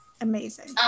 Amazing